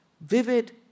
vivid